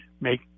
make